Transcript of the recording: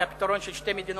על הפתרון של שתי מדינות.